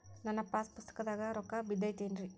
ನನ್ನ ಪಾಸ್ ಪುಸ್ತಕದಾಗ ರೊಕ್ಕ ಬಿದ್ದೈತೇನ್ರಿ?